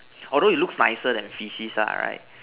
although it looks nicer than faeces lah right